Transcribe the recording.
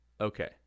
okay